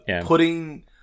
Putting